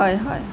হয় হয়